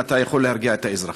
האם אתה יכול להרגיע את האזרחים?